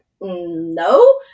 no